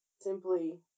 simply